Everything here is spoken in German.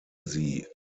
sie